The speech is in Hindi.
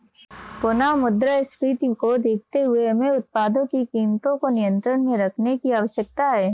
पुनः मुद्रास्फीति को देखते हुए हमें उत्पादों की कीमतों को नियंत्रण में रखने की आवश्यकता है